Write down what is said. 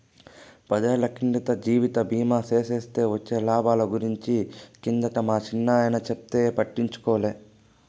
పదేళ్ళ కిందట జీవిత బీమా సేస్తే వొచ్చే లాబాల గురించి కిందటే మా చిన్నాయన చెప్తే పట్టించుకోలే